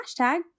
hashtag